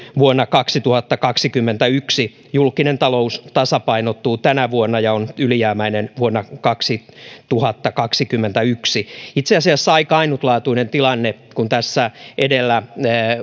vuonna kaksituhattakaksikymmentäyksi julkinen talous tasapainottuu tänä vuonna ja on ylijäämäinen vuonna kaksituhattakaksikymmentäyksi itse asiassa aika ainutlaatuinen tilanne kun tässä edellä